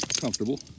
comfortable